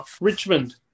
Richmond